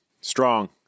Strong